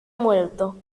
muerto